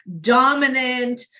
dominant